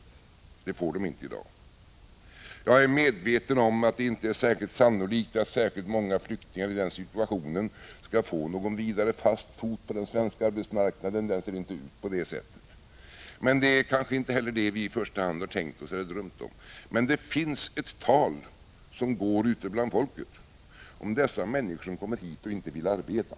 Det får de inte i dag. Jag är medveten om att det inte är särskilt sannolikt att speciellt många flyktingar i den situationen skulle kunna få någon vidare fast fot på den svenska arbetsmarknaden — den ser inte ut på det sättet. Det är kanske inte heller det som vi i första hand har tänkt oss eller har drömt om. Men det talas ute bland folket om att dessa människor som kommer hit inte vill arbeta.